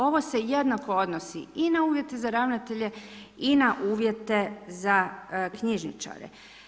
Ovo se jednako odnosi i na uvjete za ravnatelje i na uvjete za knjižničare.